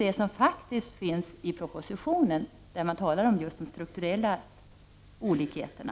Detta finns faktiskt med i propositionen, där man talar om de strukturella olikheterna.